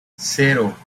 cero